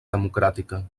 democràtica